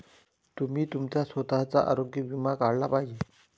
तुम्ही तुमचा स्वतःचा आरोग्य विमा काढला पाहिजे